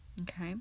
okay